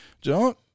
John